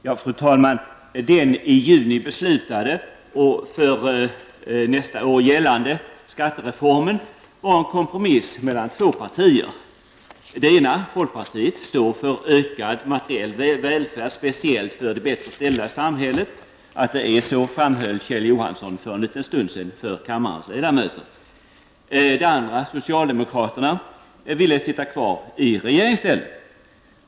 Fru talman! Den i juni beslutade och för nästa år gällande skattereformen var en kompromiss mellan två partier. Det ena, folkpartiet, stod för ökad materiell välfärd, speciellt för de bättre ställda i samhället. Att det är så framhöll Kjell Johansson för en liten stund sedan för kammarens ledamöter. Det andra, socialdemokraterna, ville sitta kvar i regeringsställning.